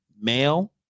male